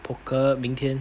poker 明天